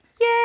Yay